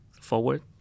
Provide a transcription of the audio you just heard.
forward